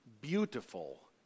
beautiful